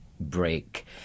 break